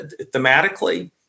thematically